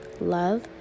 love